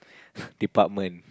department